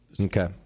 Okay